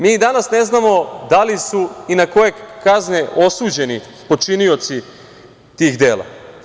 Mi i danas ne znamo da li su i na koje kazne osuđeni počinioci tih dela.